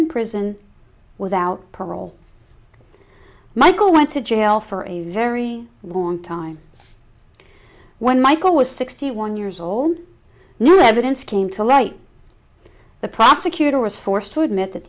in prison without parole michael went to jail for a very long time when michael was sixty one years old new evidence came to light the prosecutor was forced to admit that